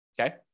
Okay